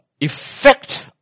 effect